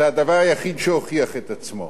זה הדבר היחיד שהוכיח את עצמו.